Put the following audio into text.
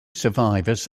survivors